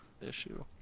issue